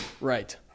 right